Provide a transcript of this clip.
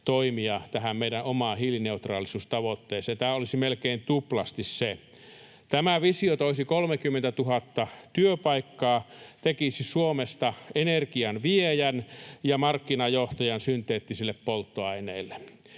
toimia tähän meidän omaan hiilineutraalisuustavoitteeseemme, niin tämä olisi melkein tuplasti se. Tämä visio toisi 30 000 työpaikkaa, tekisi Suomesta energian viejän ja markkinajohtajan synteettisille polttoaineille.